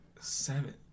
Seven